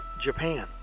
Japan